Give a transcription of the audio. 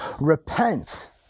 repent